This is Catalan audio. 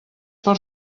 per